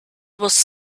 was